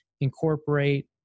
incorporate